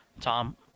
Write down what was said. Tom